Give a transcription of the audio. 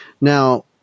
Now